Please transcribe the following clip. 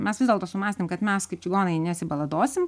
mes vis dėlto sumąstėm kad mes kaip čigonai nesibaladosim